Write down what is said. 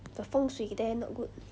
the 风水 there not good